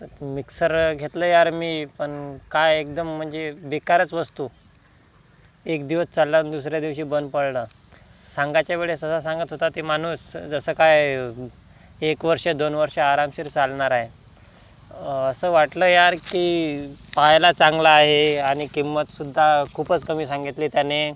तर मिक्सर घेतलं यार मी पण काय एकदम म्हणजे बेकारच वस्तू एक दिवस चालला आणि दुसऱ्या दिवशी बंद पडला सांगायच्या वेळेस असं सांगत होता ते माणूस जसं काय एक वर्ष दोन वर्ष आरामशीर चालणार आहे असं वाटलं यार की पाहायला चांगला आहे आणि किंमतसुद्धा खूपच कमी सांगितली त्याने